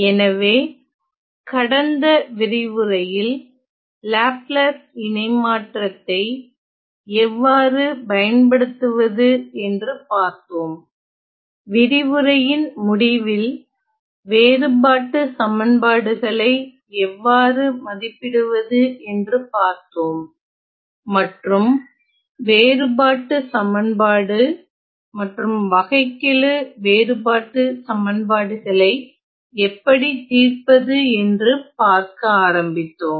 எனவே கடந்த விரிவுரையில் லாப்லேஸ் இணைமாற்றத்தை எவ்வாறு பயன்படுத்துவது என்று பார்த்தோம் விரிவுரையின் முடிவில் வேறுபாட்டு சமன்பாடுகளை எவ்வாறு மதிப்பிடுவது என்று பார்த்தோம் மற்றும் வேறுபாட்டுச் சமன்பாடு மற்றும் வகைக்கெழுச் வேறுபாட்டுச் சமன்பாடுகளை எப்படி தீர்ப்பது என்று பார்க்க ஆரம்பித்தோம்